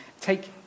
take